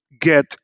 get